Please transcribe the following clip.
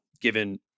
given